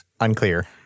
unclear